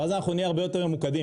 אנחנו נהיה הרבה יותר ממוקדים.